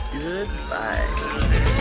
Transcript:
Goodbye